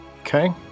Okay